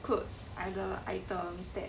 clothes other items that